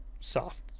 soft